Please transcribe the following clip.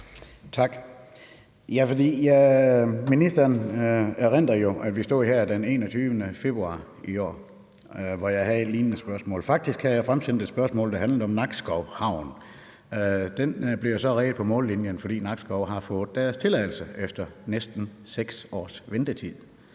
Ministeren erindrer jo, at vi stod her den 21. februar i år, hvor jeg havde et lignende spørgsmål. Faktisk havde jeg fremsendt et spørgsmål, der handlede om Nakskov Havn. Den blev så reddet på mållinjen, fordi Nakskov har fået deres tilladelse efter næsten 6 års ventetid.